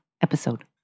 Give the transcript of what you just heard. episode